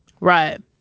Right